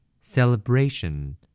Celebration